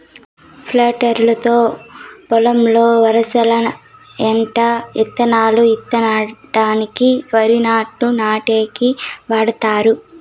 planter తో పొలంలో వరసల ఎంట ఇత్తనాలు ఇత్తడానికి, వరి నాట్లు నాటేకి వాడతారు